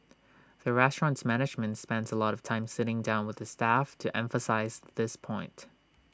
the restaurant's management spends A lot of time sitting down with the staff to emphasise this point